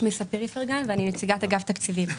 שמי ספיר איפרגן, נציגת אגף תקציבים.